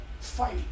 fight